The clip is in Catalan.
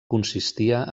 consistia